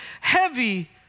heavy